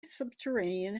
subterranean